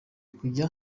kujya